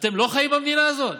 אתם לא חיים במדינה הזאת?